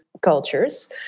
cultures